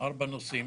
ארבעה נושאים